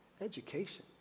Education